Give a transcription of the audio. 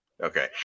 Okay